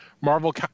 Marvel